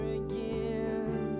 again